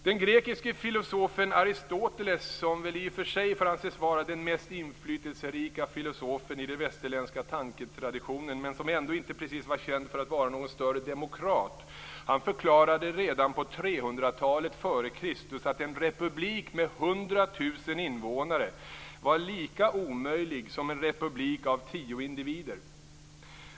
Den grekiske filosofen Aristoteles, som väl i och för sig får anses vara den mest inflytelserike filosofen i den västerländska tanketraditionen, men som ändå inte precis var känd för att vara någon större demokrat, förklarade redan på 300-talet före Kristus att en republik med hundra tusen invånare var lika omöjlig som en republik med tio individer.